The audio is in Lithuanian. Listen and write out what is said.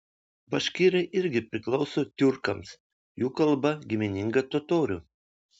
baškirai irgi priklauso tiurkams jų kalba gimininga totorių